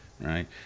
Right